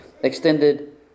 extended